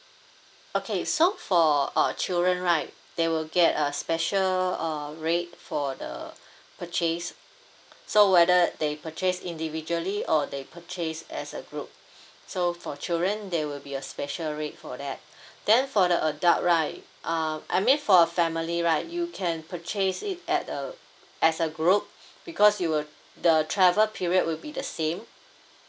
okay so for uh children right they will get a special uh rate for the purchase so whether they purchase individually or they purchase as a group so for children they will be a special rate for that then for the adult right uh I mean for a family right you can purchase it at uh as a group because you uh the travel period will be the same